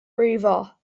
brifo